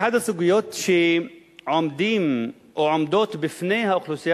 אחת הסוגיות שעומדות בפני האוכלוסייה